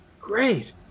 great